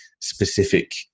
specific